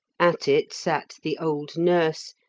at it sat the old nurse,